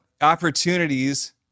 opportunities